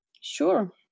Sure